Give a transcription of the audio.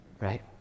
right